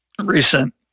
recent